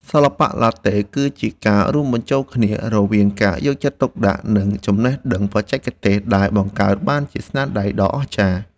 សិល្បៈឡាតេ គឺជាការរួមបញ្ចូលគ្នារវាងការយកចិត្តទុកដាក់ និងចំណេះដឹងបច្ចេកទេសដែលបង្កើតបានជាស្នាដៃដ៏អស្ចារ្យ។